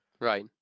Right